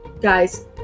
guys